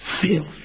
filth